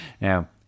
Now